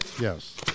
yes